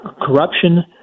corruption